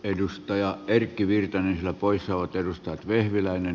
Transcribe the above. edustaja erkki virtanen ä poissa käsittelyn yhteydessä